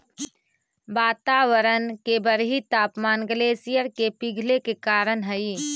वातावरण के बढ़ित तापमान ग्लेशियर के पिघले के कारण हई